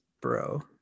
bro